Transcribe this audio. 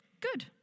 Good